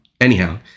Anyhow